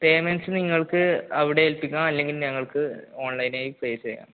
payments നിങ്ങൾക്ക് അവിടെ ഏൽപ്പിക്കാം അല്ലെങ്കിൽ ഞങ്ങൾക്ക് ഓൺലൈനായി പേ ചെയ്യാം